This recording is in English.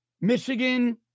Michigan